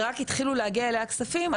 ורק התחילו להגיע אליה כספים,